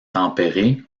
tempéré